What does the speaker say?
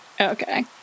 Okay